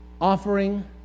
offering